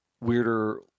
weirder